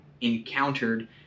encountered